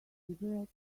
cigarette